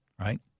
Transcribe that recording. right